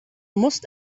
musst